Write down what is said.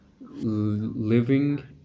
living